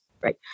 Right